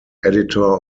editor